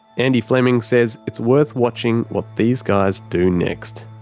andy fleming says it's worth watching what these guys do next.